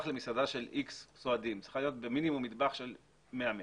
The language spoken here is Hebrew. שמסעדה של איקס סועדים צריכה להיות עם מטבח של מינימום 100 מטרים,